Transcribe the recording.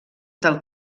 del